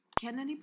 Kennedy